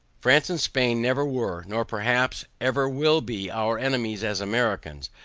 france and spain never were, nor perhaps ever will be our enemies as americans,